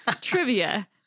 Trivia